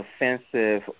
offensive